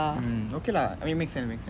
mm okay lah I mean make sense makes sense